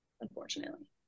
unfortunately